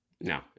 No